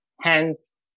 Hence